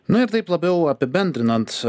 na ir taip labiau apibendrinant